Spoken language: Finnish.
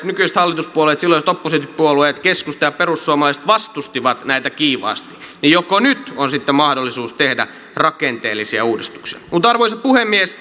nykyiset hallituspuolueet silloiset oppositiopuolueet keskusta ja perussuomalaiset vastustivat näitä kiivaasti nyt voi sitten kysyä joko nyt on sitten mahdollisuus tehdä rakenteellisia uudistuksia mutta arvoisa puhemies